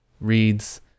reads